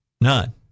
None